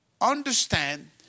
understand